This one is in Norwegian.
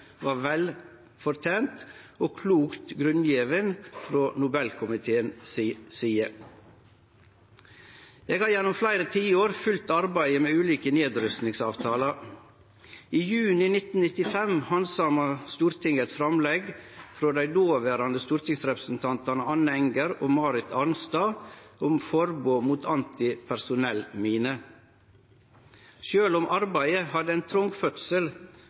var vel fortent og klokt grunngjeven frå Nobelkomiteens side. Eg har gjennom fleire tiår følgt arbeidet med ulike nedrustingsavtalar. I juni 1995 handsama Stortinget eit framlegg frå dei dåverande stortingsrepresentantane Anne Enger og Marit Arnstad om forbod mot antipersonellminer. Sjølv om arbeidet hadde ein trong fødsel